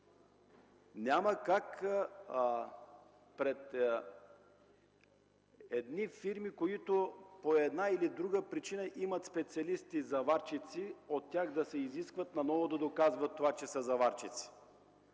Няма как на фирми, които по една или друга причина имат специалисти заварчици, от тях да се изисква наново да доказват, че са заварчици;